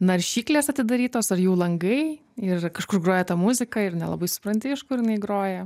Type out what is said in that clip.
naršyklės atidarytos ar jų langai ir kažkur groja ta muzika ir nelabai supranti iš kur jinai groja